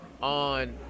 on